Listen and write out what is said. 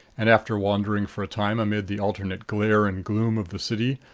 and after wandering for a time amid the alternate glare and gloom of the city,